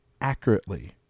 accurately